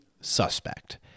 suspect